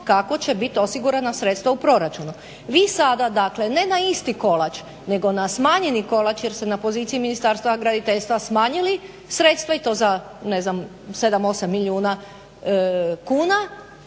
kako će biti osigurana sredstva u proračunu. Vi sada dakle ne na isti kolač nego na smanjeni kolač jer se na poziciji Ministarstva graditeljstva smanjili sredstva i to za ne znam 7, 8 milijuna kuna